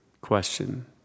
question